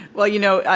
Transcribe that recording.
well, you know,